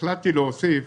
והחלטתי להוסיף